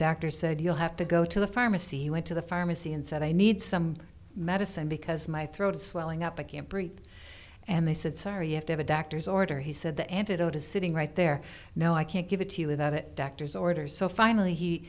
doctor said you'll have to go to the pharmacy went to the pharmacy and said i need some medicine because my throat is swelling up i can't breathe and they said sorry you have to have a doctor's order he said the antidote is sitting right there no i can't give it to you without it doctor's orders so finally he